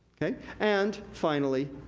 and finally,